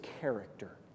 character